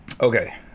Okay